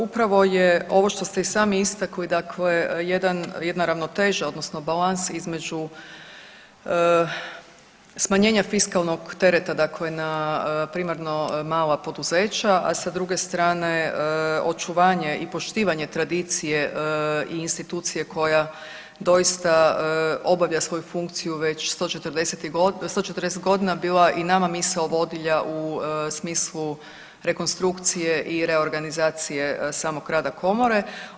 Upravo je ovo što ste i sami istakli, dakle jedna ravnoteža odnosno balans između smanjenja fiskalnog tereta dakle na primarno mala poduzeća, a sa druge strane, očuvanje i poštivanje tradicije i institucije koja doista obavlja svoju funkciju već 140 godina, bila i nama misao vodilja u smislu rekonstrukcije i reorganizacije samog rada Komore.